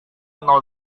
nol